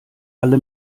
alle